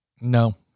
No